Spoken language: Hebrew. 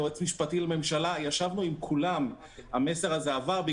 ליועץ המשפטי לממשלה ישבנו עם כולם והמסר הזה עבר.